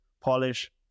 polish